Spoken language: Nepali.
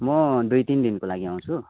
म दुई तिन दिनको लागि आउँछु